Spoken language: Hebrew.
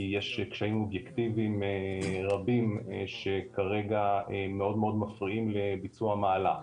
כי יש קשיים אובייקטיבים רבים שכרגע מאוד מאוד מפריעים לביצוע המהלך.